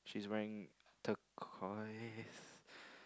she's wearing turquiose